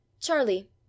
Charlie